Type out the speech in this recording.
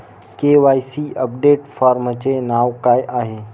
KYC update फॉर्मचे नाव काय आहे?